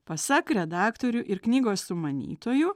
pasak redaktorių ir knygos sumanytojų